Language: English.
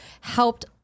helped